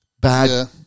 Bad